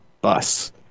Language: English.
bus